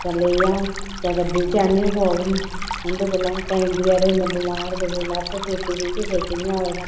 जां ली आन जां गड्डी च आह्नियै पोआई ओड़न उं'दे कोला केईं बचैरे इन्ने बमार कोई कुसा दी लत्त टुट्टी दी कुसा गी कि'यां होए दा